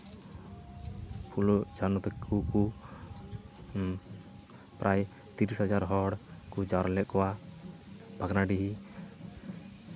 ᱯᱷᱩᱞᱳ ᱡᱷᱟᱱᱚ ᱛᱟᱠᱚ ᱠᱚ ᱯᱨᱟᱭ ᱛᱤᱨᱤᱥ ᱦᱟᱡᱟᱨ ᱦᱚᱲ ᱠᱚ ᱡᱟᱣᱨᱟ ᱞᱮᱫ ᱠᱚᱣᱟ ᱵᱷᱟᱜᱽᱱᱟᱰᱤᱦᱤ